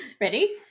Ready